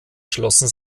schlossen